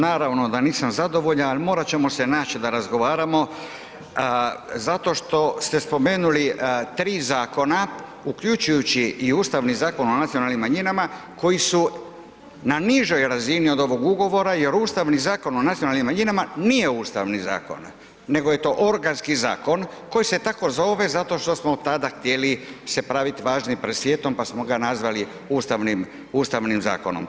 Naravno da nisam zadovoljan, morat ćemo se naći da razgovaramo zato što ste spomenuli 3 zakona uključujući i Ustavni zakon o nacionalnim manjinama koji su na nižoj razini od ovog ugovora jer Ustavni zakon o nacionalnim manjinama nije ustavni zakon, nego je to organski zakon koji se tako zove zato što smo tada htjeli se praviti važni pred svijetom pa smo ga nazvali ustavnim zakonom.